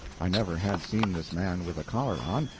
i never had seen this man with a collar on.